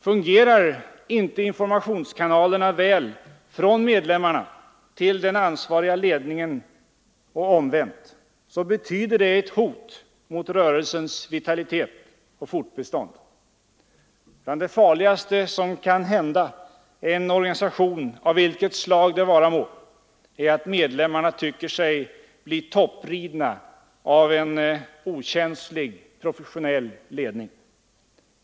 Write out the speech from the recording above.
Fungerar inte informationskanalerna väl från medlemmarna till den ansvariga ledningen och omvänt, betyder det ett hot mot rörelsens vitalitet och fortbestånd. Bland det farligaste som kan hända en organisation av vilket slag den vara må är att medlemmarna tycker sig bli toppridna av en okänslig professionell ledning.